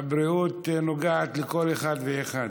הבריאות נוגעת לכל אחד ואחד.